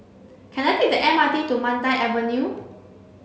can I take the M R T to Mandai Avenue